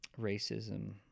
racism